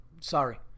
Sorry